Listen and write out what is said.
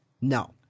No